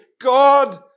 God